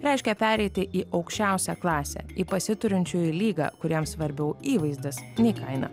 reiškia pereiti į aukščiausią klasę į pasiturinčiųjų lygą kuriam svarbiau įvaizdis nei kaina